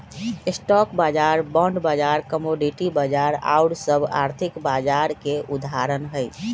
stock बाजार, bond बाजार, commodity बाजार आउर सभ आर्थिक बाजार के उदाहरण हइ